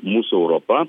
mūsų europa